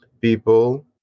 people